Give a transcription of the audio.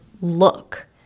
look